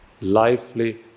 lively